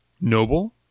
Noble